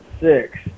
six